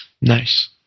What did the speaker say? nice